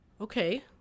Okay